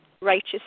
righteous